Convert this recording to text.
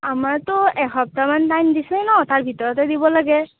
আমাৰতো এসপ্তাহমান টাইম দিছে ন' তাৰ ভিতৰতে দিব লাগে